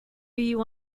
you